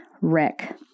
Rick